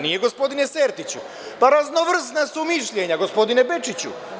Nije gospodine Sertiću, pa, raznovrsna su mišljenja gospodine Bečiću.